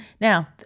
Now